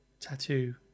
tattoo